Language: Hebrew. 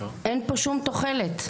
אין פה שום תכלת,